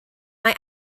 mae